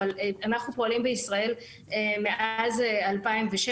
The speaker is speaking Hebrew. אבל אנחנו פועלים בישראל מאז 2006,